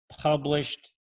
published